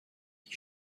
die